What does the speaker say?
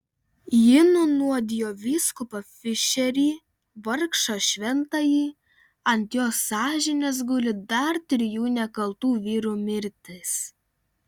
ji nunuodijo vyskupą fišerį vargšą šventąjį ant jos sąžinės guli dar trijų nekaltų vyrų mirtys